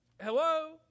Hello